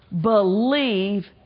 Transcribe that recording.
believe